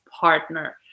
partner